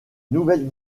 nouvelle